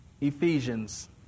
Ephesians